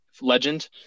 legend